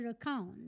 account